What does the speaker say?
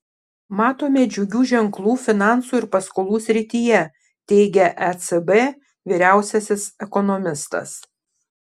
matome džiugių ženklų finansų ir paskolų srityje teigia ecb vyriausiasis ekonomistas